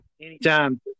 anytime